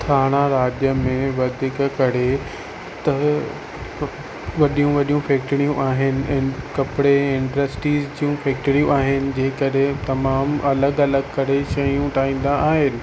थाणा राज्य में वधीक करे त उहो वॾियूं वॾियूं फैक्टरियूं आहिनि ऐं कपिड़े इंटस्ट्रीस जूं फैक्टरियूं आहिनि जे कॾहें तमामु अलॻि अलॻि करे शयूं ठाहींदा आहिनि